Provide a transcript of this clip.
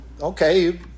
okay